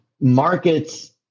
market's